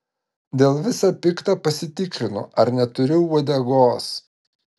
dėl visa pikta pasitikrinu ar neturiu uodegos